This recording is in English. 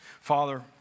Father